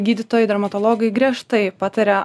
gydytojai dermatologai griežtai pataria